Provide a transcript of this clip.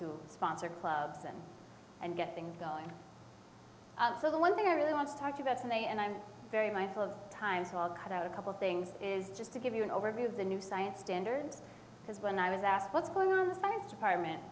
who sponsor clubs and get things going so the one thing i really want to talk about today and i'm very mindful of times i'll cut out a couple things is just to give you an overview of the new science standards because when i was asked what's going on the science department